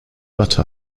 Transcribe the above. watte